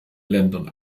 ländern